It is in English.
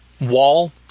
wall